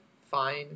fine